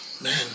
man